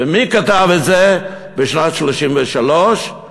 ומי כתב את זה בשנת 1933 ובשפה,